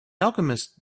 alchemist